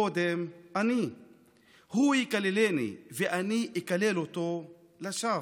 קודם אני / הוא יקללני, / ואני אקלל אותו / לשווא,